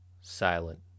silent